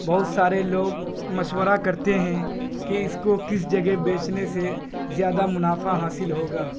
بہت سارے لوگ مشورہ کرتے ہیں کہ اس کو کس جگہ بیچنے سے زیادہ منافع حاصل ہوگا